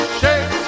shake